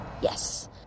Yes